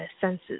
senses